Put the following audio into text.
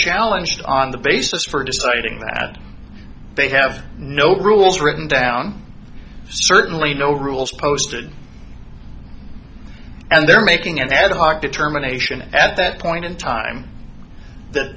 challenges on the basis for deciding that they have no rules written down certainly no rules posted and they're making an ad hoc determination at that point in time that